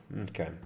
Okay